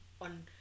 on